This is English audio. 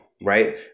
right